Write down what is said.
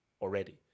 already